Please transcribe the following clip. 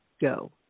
go